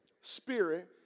Spirit